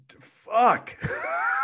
Fuck